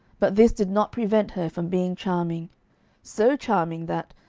but this did not prevent her from being charming so charming that,